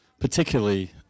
particularly